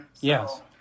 Yes